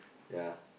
ya